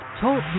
TALK